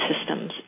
systems